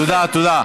תודה רבה.